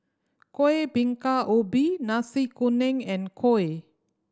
Kuih Bingka Ubi Nasi Kuning and kuih